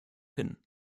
hin